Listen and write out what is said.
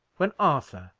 when arthur,